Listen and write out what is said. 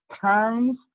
times